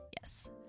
Yes